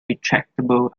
retractable